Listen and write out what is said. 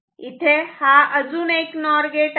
इथे हा अजून एक नॉर गेट आहे